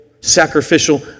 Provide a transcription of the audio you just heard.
sacrificial